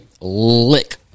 Lick